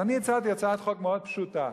אני הצעתי הצעת חוק מאוד פשוטה: